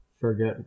forget